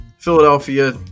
Philadelphia